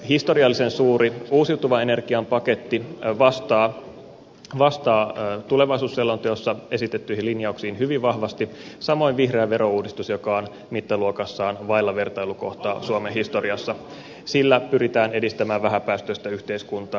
historiallisen suuri uusiutuvan energian paketti vastaa tulevaisuusselonteossa esitettyjä linjauksia hyvin vahvasti samoin vihreä verouudistus joka on mittaluokassaan vailla vertailukohtaa suomen historiassa sillä pyritään edistämään vähäpäästöistä yhteiskuntaa